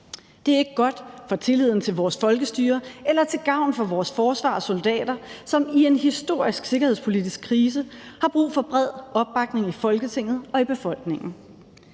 Det er ikke godt for tilliden til vores folkestyre eller til gavn for vores forsvar og soldater, som i en historisk sikkerhedspolitisk krise har brug for bred opbakning i Folketinget og i befolkningen.